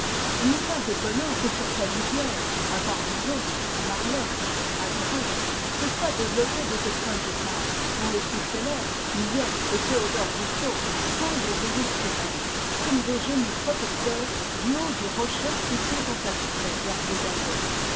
il n'est pas étonnant que sur sa lisière à barbizon à marlotte à grès se soient développées des écoles de peintres dont les plus célèbres millet et théodore rousseau semblent veiller sur elle comme des génies protecteurs du haut du rocher où sont encastrés leurs médaillons